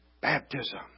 Baptism